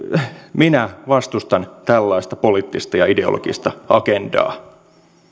minä vastustan tällaista poliittista ja ideologista agendaa